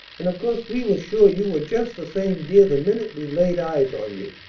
and of course we were sure you were just the same dear the minute we laid eyes on you,